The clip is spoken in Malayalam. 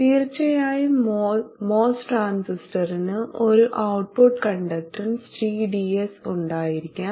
തീർച്ചയായും MOS ട്രാൻസിസ്റ്ററിന് ഒരു ഔട്ട്പുട്ട് കണ്ടക്ടൻസ് gds ഉണ്ടായിരിക്കാം